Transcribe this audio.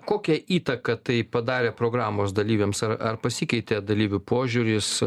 kokią įtaką tai padarė programos dalyviams ar ar pasikeitė dalyvių požiūris